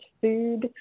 food